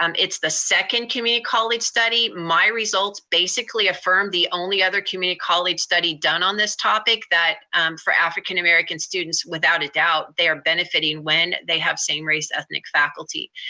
um it's the second community college study, my results basically affirmed the only other community college study done on this topic for african american students, without a doubt, they are benefiting when they have same race ethnic faculty.